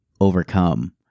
overcome